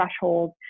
threshold